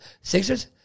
Sixers